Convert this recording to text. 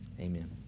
Amen